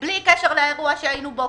בלי קשר לאירוע שהיינו בו.